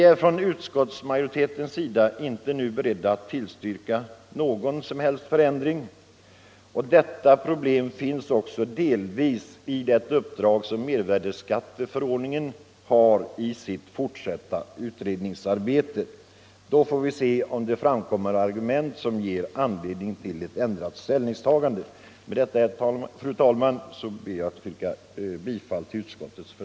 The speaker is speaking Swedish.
De betalar i dag mervärdeskatt för sina medlemstidskrifter.